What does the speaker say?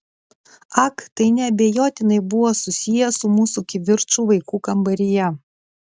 ak tai neabejotinai buvo susiję su mūsų kivirču vaikų kambaryje